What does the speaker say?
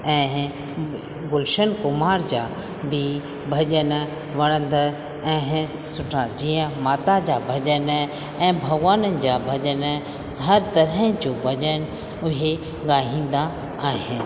ऐं गुलशन कुमार जा बि भॼन वणंदड़ ऐं सुठा जीअं माता जा भॼन ऐं भॻवाननि जा भॼन हर तरह जो भॼन उहे ॻाईंदा आहिनि